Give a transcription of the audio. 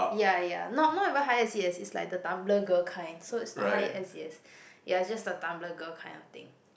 ya ya not not even high S_E_S it's like the Tumblr girl kind so it's not high S_E_S ya it's just the Tumblr girl kind of thing